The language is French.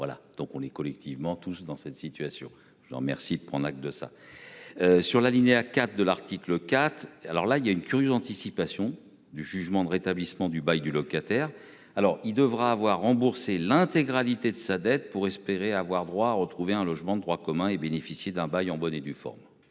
Voilà donc on est collectivement tous dans cette situation je en remercie de prendre acte de ça. Sur l'alinéa 4 de l'article 4. Alors là il y a une curieuse anticipation du jugement de rétablissement du bail du locataire alors il devra avoir remboursé l'intégralité de sa dette pour espérer avoir droit retrouver un logement de droit commun et bénéficier d'un bail en bonne et due forme.